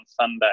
Sunday